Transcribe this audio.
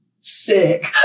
Sick